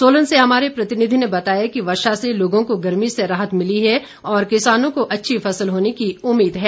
सोलन से हमारे प्रतिनिधि ने बताया कि वर्षा से लोगों को गर्मी से राहत मिली है और किसानों को अच्छी फसल होने की उम्मीद है